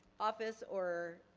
office or